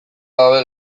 gabe